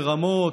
לרמות,